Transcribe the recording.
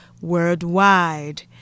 worldwide